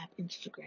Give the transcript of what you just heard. Instagram